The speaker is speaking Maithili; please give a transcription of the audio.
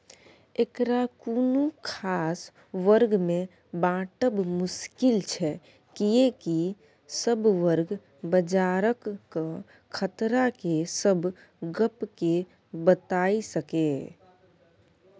एकरा कुनु खास वर्ग में बाँटब मुश्किल छै कियेकी सब वर्ग बजारक खतरा के सब गप के बताई सकेए